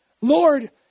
Lord